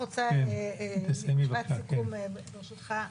משפט סיכום, ברשותך.